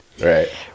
Right